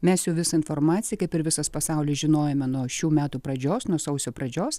mes jau visą informaciją kaip ir visas pasaulis žinojome nuo šių metų pradžios nuo sausio pradžios